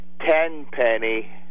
Tenpenny